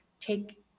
take